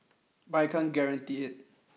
but I can't guarantee it